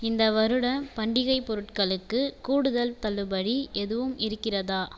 இந்த வருடம் பண்டிகைப் பொருட்களுக்கு கூடுதல் தள்ளுபடி எதுவும் இருக்கிறதா